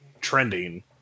trending